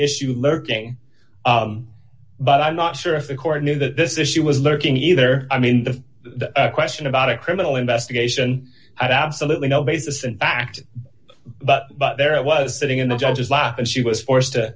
issue lurking but i'm not sure if the court knew that this issue was lurking either i mean the question about a criminal investigation i've absolutely no basis in fact but but there i was sitting in the judge's lap and she was forced to